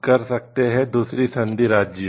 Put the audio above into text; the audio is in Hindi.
कर सकते हैं दूसरी संधि राज्यों